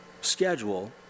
schedule